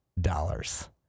dollars